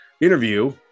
interview